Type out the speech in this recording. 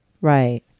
Right